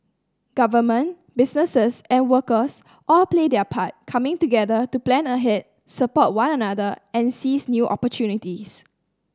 government businesses and workers all play their part coming together to plan ahead support one another and seize new opportunities